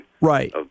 Right